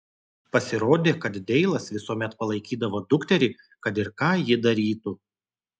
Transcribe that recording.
pasirodė kad deilas visuomet palaikydavo dukterį kad ir ką ji darytų